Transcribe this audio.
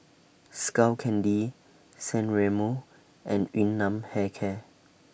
Skull Candy San Remo and Yun Nam Hair Care